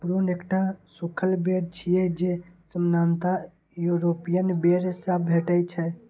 prune एकटा सूखल बेर छियै, जे सामान्यतः यूरोपीय बेर सं भेटै छै